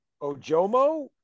Ojomo